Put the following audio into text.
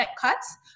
cuts